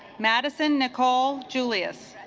madison nicole julius